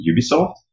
Ubisoft